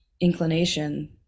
inclination